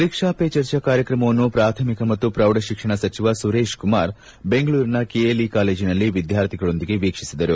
ಪರೀಕ್ಷಾ ವೇ ಚರ್ಚಾ ಕಾರ್ಯಕ್ರಮವನ್ನು ಪ್ರಾಥಮಿಕ ಮತ್ತು ಪ್ರೌಢ ಶಿಕ್ಷಣ ಸಚಿವ ಸುರೇಶ್ ಕುಮಾರ್ ಬೆಂಗಳೂರಿನ ಕೆಎಲ್ಇ ಕಾಲೇಜಿನಲ್ಲಿ ವಿದ್ವಾರ್ಥಿಗಳೊಂದಿಗೆ ವೀಕ್ಷಿಸಿದರು